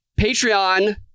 Patreon